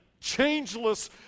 changeless